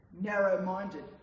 Narrow-minded